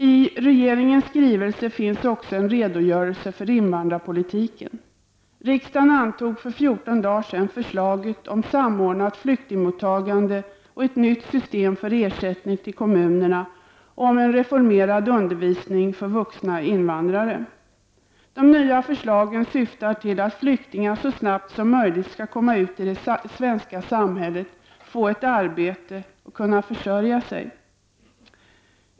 I regeringens skrivelse finns också en redogörelse för invandrarpolitiken. Riksdagen antog för ca 14 dagar sedan förslaget om samordnat flyktingmot tagande och ett nytt system för ersättning till kommunerna och om reformerad svenskundervisning för vuxna invandrare. De nya förslagen syftar till att flyktingarna så snart som möjligt skall komma ut i det svenska samhället, få ett arbete och kunna försörja sig.